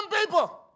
people